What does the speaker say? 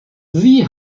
sie